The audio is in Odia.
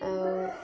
ଆଉ